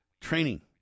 training